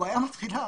הבעיה מתחילה